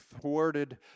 thwarted